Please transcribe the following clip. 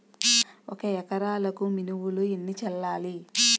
ఒక ఎకరాలకు మినువులు ఎన్ని చల్లాలి?